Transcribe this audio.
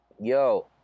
yo